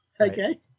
okay